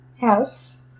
house